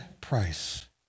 price